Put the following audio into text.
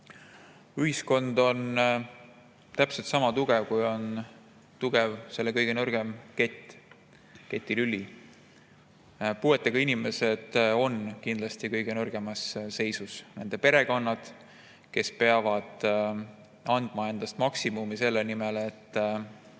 Ühiskond on täpselt sama tugev, kui tugev on selle keti kõige nõrgem lüli. Puuetega inimesed on kindlasti kõige nõrgemas seisus. Nende perekonnad peavad andma endast maksimumi selle nimel, et